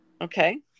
Okay